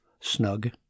snug